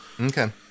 Okay